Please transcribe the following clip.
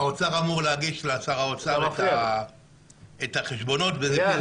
האוצר אמור להגיש לשר האוצר את החשבונות --- אייל,